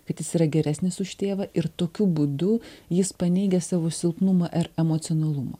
kad jis yra geresnis už tėvą ir tokiu būdu jis paneigia savo silpnumą er emocionalumo